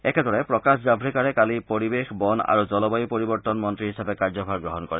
একেদৰে প্ৰকাশ জাঘ্ৰেকাৰে কালি পৰিৱেশ বন আৰু জলবায়ু পৰিৱৰ্তন মন্ত্ৰী হিচাপে কাৰ্যভাৰ গ্ৰহণ কৰে